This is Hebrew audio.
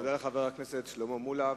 תודה לחבר הכנסת שלמה מולה.